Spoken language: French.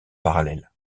parallèle